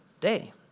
day